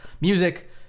music